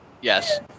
Yes